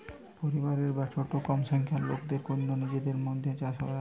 পরিবারের বা ছোট কম সংখ্যার লোকদের কন্যে নিজেদের মধ্যে চাষ করা